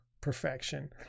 perfection